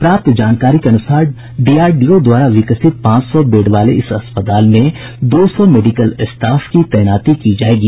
प्राप्त जानकारी के अनुसार डीआरडीओ द्वारा विकसित पांच सौ बेड वाले इस अस्पताल में दो सौ मेडिकल स्टाफ की तैनाती की जायेगी